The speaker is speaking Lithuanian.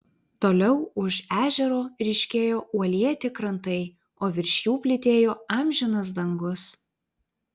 toliau už ežero ryškėjo uolėti krantai o virš jų plytėjo amžinas dangus